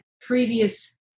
previous